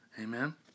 Amen